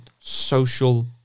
social